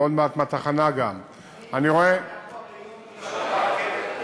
ועוד מעט גם מהתחנה ------ ביום ראשון ברכבת,